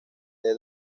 the